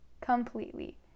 completely